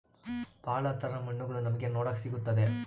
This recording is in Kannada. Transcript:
ಭಾಳ ತರ ಮಣ್ಣುಗಳು ನಮ್ಗೆ ನೋಡಕ್ ಸಿಗುತ್ತದೆ